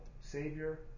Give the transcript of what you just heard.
savior